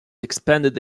expanded